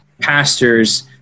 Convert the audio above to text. pastors